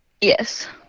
yes